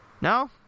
No